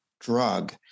drug